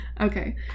Okay